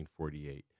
1948